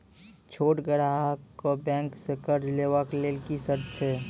छोट ग्राहक कअ बैंक सऽ कर्ज लेवाक लेल की सर्त अछि?